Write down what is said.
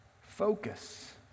Focus